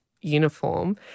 uniform